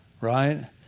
Right